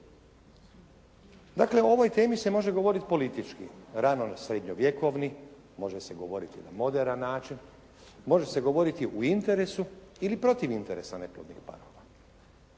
Dakle o ovoj temi se može govoriti politički rano srednjovjekovni, može se govoriti na moderan način, može se govoriti u interesu ili protiv interesa neplodnih parova.